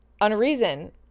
unreason